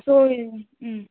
so ம்